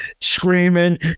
screaming